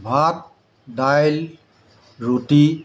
ভাত দাইল ৰুটি